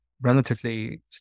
relatively